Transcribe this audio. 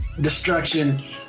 destruction